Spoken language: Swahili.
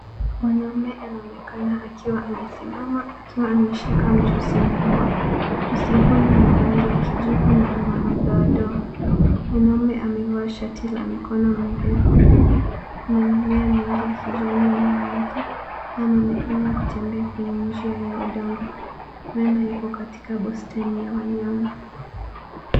Mwanamume anaonekana akiwa amesimama akiwa ameshika mjusi mkubwa. Mjusi huyu ana rangi ya kijivu na ana madoadoa. Mwanamume amevaa shati la mikono mirefu. Kuna mimea mingi ya kijani nyuma yake. Anaonekana kutembea kwenye njia ya udongo, huenda yuko katika bustani ya wanyama.